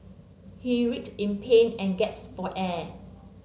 he writhed in pain and gasped for air